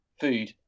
food